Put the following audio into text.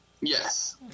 Yes